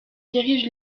dirige